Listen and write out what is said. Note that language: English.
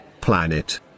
planet